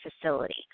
facility